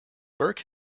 burke